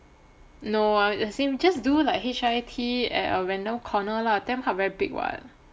no ah as in just do like H_I_I_T at a random corner lah tamp hub very big [what]